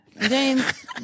James